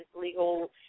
legal